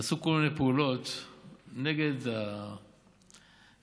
נעשו כל מיני פעולות נגד הטבע,